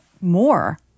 more